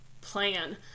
plan